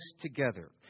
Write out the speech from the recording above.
together